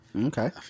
Okay